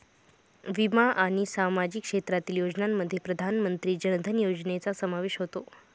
विमा आणि सामाजिक क्षेत्रातील योजनांमध्ये प्रधानमंत्री जन धन योजनेचा समावेश होतो